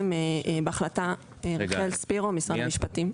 רחל ספירו ממשרד המשפטים.